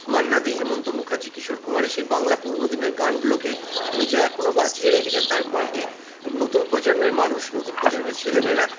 মান্না দে হেমন্ত মুখার্জী কিশোর কুমারের সেই বাংলা পুরনো দিনের গানগুলোকে উনি যে এখনো বাঁচিয়ে রেখেছেন তার কণ্ঠে নতুন প্রজন্মের মানুষ নতুন প্রজন্মের ছেলে মেয়েরা